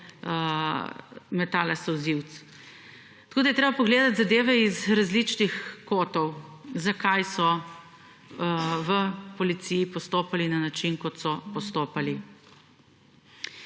metala solzivec. Tako da je treba pogledat zadeve iz različnih kotov, zakaj so v policiji postopali na način, kot so postopali.